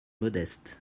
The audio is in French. modestes